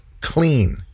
clean